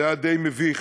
זה היה די מביך